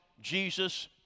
Jesus